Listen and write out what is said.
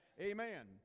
Amen